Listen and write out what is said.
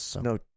no